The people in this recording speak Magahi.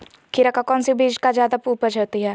खीरा का कौन सी बीज का जयादा उपज होती है?